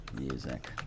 music